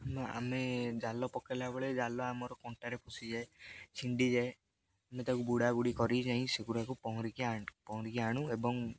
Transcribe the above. ଆମ ଆମେ ଜାଲ ପକେଇଲା ବେଳେ ଜାଲ ଆମର କଣ୍ଟାରେ ପଶିଯାଏ ଛିଣ୍ଡିଯାଏ ଆମେ ତାକୁ ବୁଡ଼ାଗୁଡ଼ି କରିକି ଯାଇ ସେଗୁଡ଼ାକୁ ପହଁରିକି ପହଁରିକି ଆଣୁ ଏବଂ